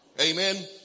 Amen